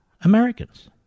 Americans